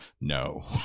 No